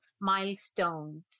milestones